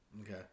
Okay